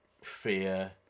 fear